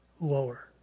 lower